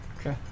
Okay